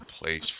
place